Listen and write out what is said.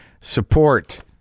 support